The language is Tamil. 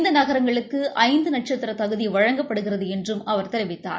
இந்த நகரங்களுக்கு ஐந்து நட்சத்திர தகுதி வழங்கப்படுகிறது என்றும் அவர் தெரிவித்தார்